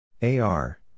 AR